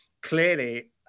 clearly